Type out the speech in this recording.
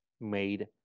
made